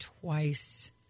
twice